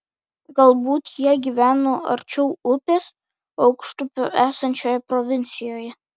galbūt jie gyveno arčiau upės aukštupio esančioje provincijoje